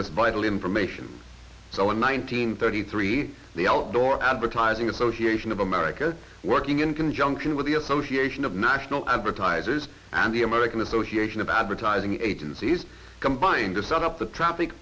this vital information so in one thousand nine thirty three the outdoor advertising association of america working in conjunction with the association of national advertisers and the american association of advertising agencies combined to set up the t